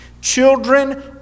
Children